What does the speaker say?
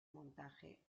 montaje